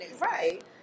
Right